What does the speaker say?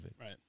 Right